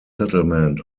settlement